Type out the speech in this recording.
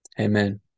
Amen